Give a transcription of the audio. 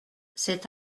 cet